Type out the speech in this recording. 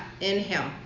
inhale